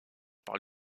par